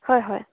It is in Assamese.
হয় হয়